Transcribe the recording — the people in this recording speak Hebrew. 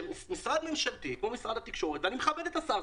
שמשרד ממשלתי כמו משרד התקשורת ואני מכבד את השר,